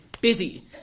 busy